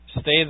stay